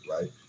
right